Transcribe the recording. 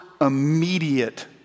immediate